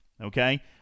Okay